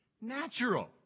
natural